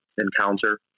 encounter